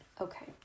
Okay